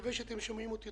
מקווה שאתם שומעים אותי